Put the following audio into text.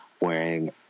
wearing